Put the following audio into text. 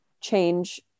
change